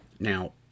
Now